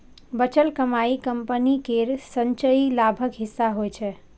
बचल कमाइ कंपनी केर संचयी लाभक हिस्सा होइ छै